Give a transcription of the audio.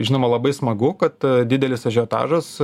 žinoma labai smagu kad didelis ažiotažas